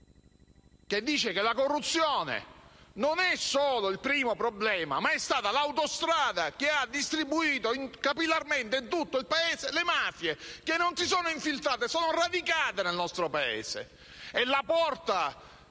che dice che la corruzione non è solo il primo problema, ma è stata l'autostrada che ha distribuito capillarmente in tutto il Paese le mafie, che non si sono infiltrate, ma sono in esso radicate.